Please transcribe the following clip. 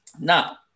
Now